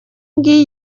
ngiyi